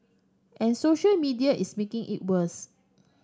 and social media is making it worse